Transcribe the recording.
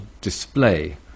display